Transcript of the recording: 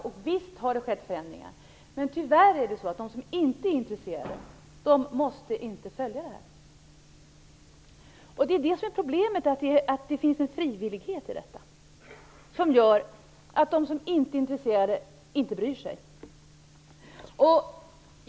Och visst har det skett förändringar. Men tyvärr är det så att de som inte är intresserade måste inte följa detta. Problemet är att det finns en frivillighet i detta som gör att de som inte är intresserade inte bryr sig.